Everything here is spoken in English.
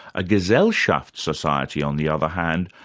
a gesellschaft society on the other hand,